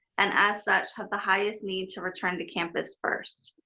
and as such, have the highest need to return to campus first.